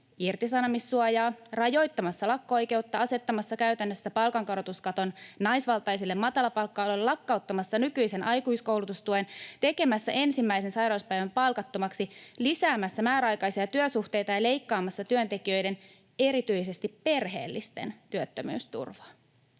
irtisanomissuojaa, rajoittamassa lakko-oikeutta, asettamassa käytännössä palkankorotuskaton naisvaltaisille matalapalkka-aloille, lakkauttamassa nykyisen aikuiskoulutustuen, tekemässä ensimmäisen sairauspäivän palkattomaksi, lisäämässä määräaikaisia työsuhteita ja leikkaamassa työntekijöiden, erityisesti perheellisten, työttömyysturvaa.